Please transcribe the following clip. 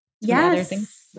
Yes